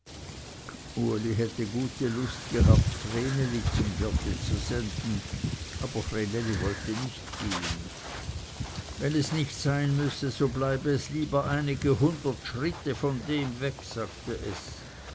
uli hätte gute lust gehabt vreneli zum wirte zu senden aber vreneli wollte nicht gehen wenn es nicht sein müsse so bleibe es lieber einige hundert schritte von dem weg sagte es